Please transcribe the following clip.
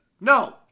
No